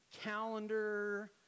calendar